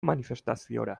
manifestaziora